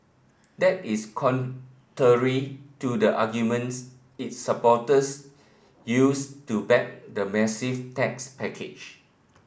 that is to the arguments its supporters used to back the massive tax package